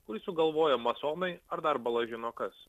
kurį sugalvojo masonai ar dar bala žino kas